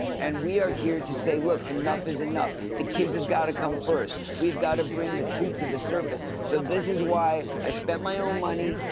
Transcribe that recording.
and we're here to say, look enough is enough. the kids have gotta come first. we've gotta bring the truth to the surface. so this is why i spend my own money,